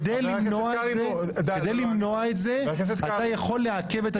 כדי למנוע את זה אתה יכול לעכב את הדיון הזה.